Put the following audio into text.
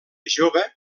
jove